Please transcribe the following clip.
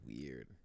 weird